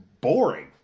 boring